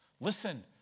Listen